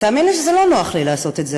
תאמין לי שזה לא נוח לעשות את זה,